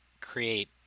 create